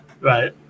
right